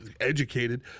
educated